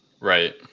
Right